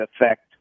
effect